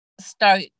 start